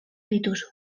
dituzu